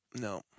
No